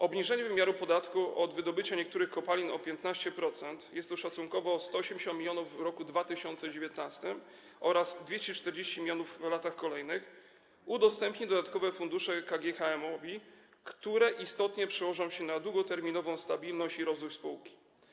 Obniżenie wymiaru podatku od wydobycia niektórych kopalin o 15% - jest to szacunkowo 180 mln w 2019 r. oraz 240 mln w latach kolejnych - udostępni dodatkowe fundusze KGHM, co istotnie przełoży się na długoterminową stabilność i rozwój spółki.